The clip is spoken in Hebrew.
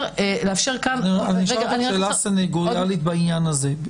כאן --- אני אשאל אותך שאלה סניגוריאלית בעניין הזה.